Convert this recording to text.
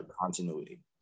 continuity